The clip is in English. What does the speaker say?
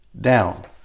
down